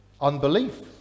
Unbelief